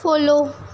follow